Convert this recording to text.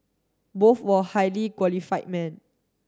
both were highly qualified men